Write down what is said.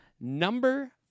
Number